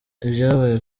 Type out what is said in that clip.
ibyabaye